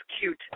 cute